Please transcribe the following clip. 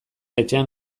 etxean